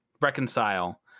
reconcile